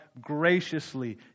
graciously